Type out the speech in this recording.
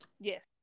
Yes